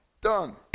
done